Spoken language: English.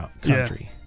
country